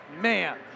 Man